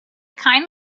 kind